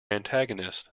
antagonist